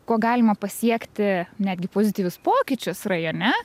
kuo galima pasiekti netgi pozityvius pokyčius rajone